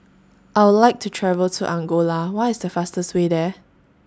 I Would like to travel to Angola What IS The fastest Way There